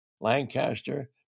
Lancaster